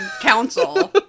council